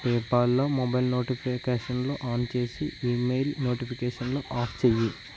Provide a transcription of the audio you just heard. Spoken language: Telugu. పేపాల్లో మొబైల్ నోటిఫికేషన్లు ఆన్ చేసి ఈమెయిల్ నోటిఫికేషన్లు ఆఫ్ చేయి